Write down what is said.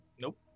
Nope